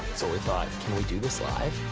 so we thought, can we do this live?